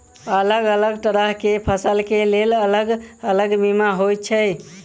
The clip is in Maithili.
अलग अलग तरह केँ फसल केँ लेल अलग अलग बीमा होइ छै?